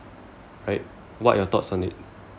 right what your thoughts on it